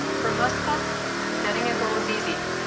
for most of us, setting a goal is easy.